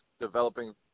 developing